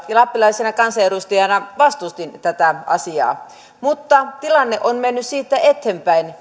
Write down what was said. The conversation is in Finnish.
ja lappilaisena kansanedustajana vastustin tätä asiaa mutta tilanne on mennyt siitä eteenpäin